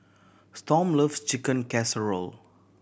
Storm love Chicken Casserole